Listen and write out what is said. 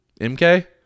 MK